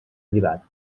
privat